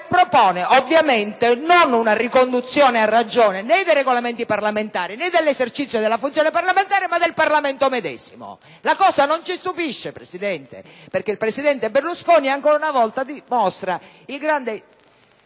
propone - ovviamente - non una riconduzione a ragione dei Regolamenti parlamentari o dell'esercizio della funzione parlamentare, ma del Parlamento medesimo. Signor Presidente, la cosa non ci stupisce perché il presidente Berlusconi ancora una volta dimostra il grande